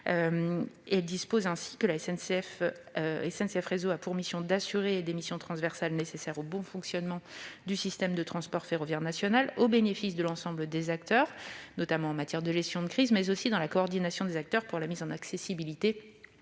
Il est ainsi prévu que « SNCF Réseau a pour mission d'assurer [...] des missions transversales nécessaires au bon fonctionnement du système de transport ferroviaire national, au bénéfice de l'ensemble des acteurs [...], notamment en matière de gestion de crise et de coordination des acteurs pour la mise en accessibilité